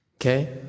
Okay